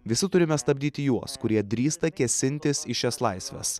visi turime stabdyti juos kurie drįsta kėsintis į šias laisves